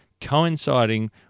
coinciding